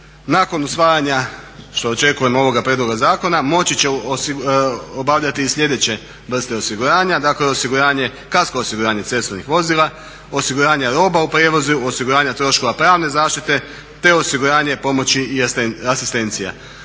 Nakon usvajanja što očekujem ovoga prijedloga zakona moći će obavljati i sljedeće vrste osiguranja, dakle osiguranje, kasko osiguranje cestovnih vozila, osiguranje roba u prijevozu, osiguranja troškova pravne zaštite, te osiguranje pomoći i asistencija.